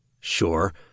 Sure